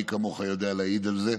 מי כמוך יודע להעיד על זה,